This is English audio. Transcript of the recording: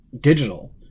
digital